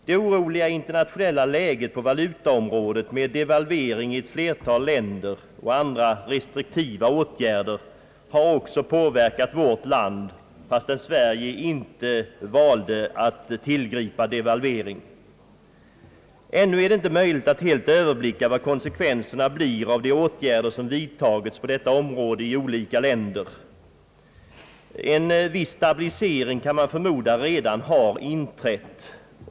Det oroliga internationella läget på valutaområdet med devalvering i ett flertal länder och andra restriktiva åtgärder har också påverkat vårt land fastän Sverige inte valde att tillgripa devalvering. Ännu är det inte möjligt att helt överblicka vad konsekvenserna blir av de åtgärder som vidtagits på detta område i olika länder. En viss stabilisering kan man förmoda redan har inträtt.